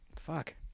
Fuck